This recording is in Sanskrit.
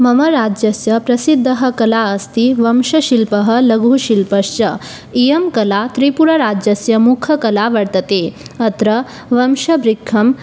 मम राज्यस्य प्रसिद्धा कला अस्ति वंशशिल्पः लघुशिल्पश्च इयं कला त्रिपुराराज्यस्य मुख्यकला वर्तते अत्र वंशवृक्षं